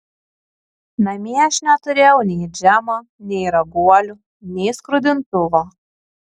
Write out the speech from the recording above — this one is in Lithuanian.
namie aš neturėjau nei džemo nei raguolių nei skrudintuvo